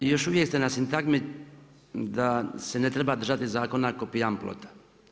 Još uvijek ste na sintagmi da se ne treba držati zakona k'o pijan plota.